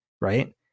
Right